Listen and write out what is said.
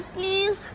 need